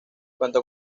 cuanto